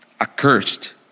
accursed